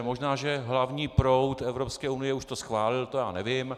Možná že hlavní proud Evropské unie už to schválil, to já nevím.